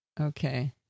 Okay